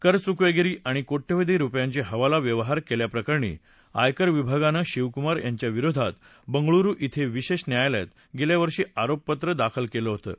करचुकवेगिरी आणि कोट्यवधी रुपयांचे हवाला व्यवहार केल्याप्रकरणी आयकर विभागानं शिवकुमार यांच्या विरोधात बंगळुरु खिल्या विशेष न्यायालयात गेल्या वर्षी आरोपपत्र दाखल केलं होतं